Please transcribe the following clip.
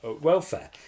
welfare